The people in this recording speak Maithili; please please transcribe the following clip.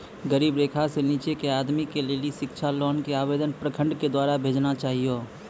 गरीबी रेखा से नीचे के आदमी के लेली शिक्षा लोन के आवेदन प्रखंड के द्वारा भेजना चाहियौ?